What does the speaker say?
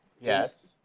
Yes